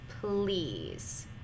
Please